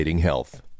health